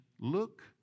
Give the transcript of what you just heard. look